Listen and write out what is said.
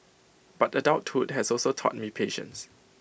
but adulthood has also taught me patience